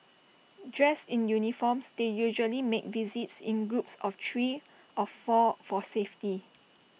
dressed in uniforms they usually make visits in groups of three of four for safety